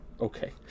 Okay